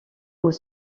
aux